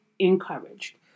encouraged